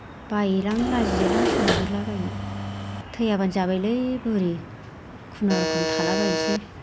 बायोलां लाजियोलां सोरनाव बिलाबायनो थैयाब्लानो जाबायलै बुरि खुनुरुखम थालाबायसै